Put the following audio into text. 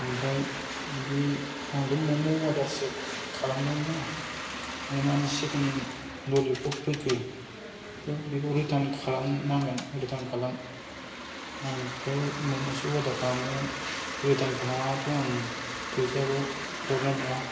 ओमफ्राय बे आंथ' मम' अर्दारसो खालामदोंमोन ना होनबालाय मानो चिकेन ललिप'प फैखो बेखौ रिटार्न खालामनांगोन आंथ' मम'सो अर्दार खालामदोंमोन रिटार्न खालामाबाथ' आं फैसाखौ हरनाय नङा